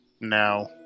No